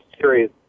series